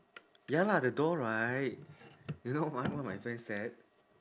ya lah the door right you know what what my friend said